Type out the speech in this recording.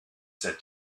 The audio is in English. said